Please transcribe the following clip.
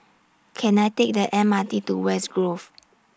Can I Take The M R T to West Grove